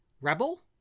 Rebel